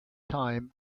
time